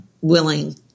willing